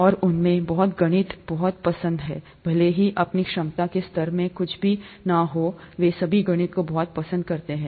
और उनमें से बहुत गणित बहुत पसंद करते हैं भले ही अपनी क्षमता के स्तर में कुछ भी हो वे सभी गणित को बहुत पसंद करते हैं